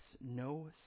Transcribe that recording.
no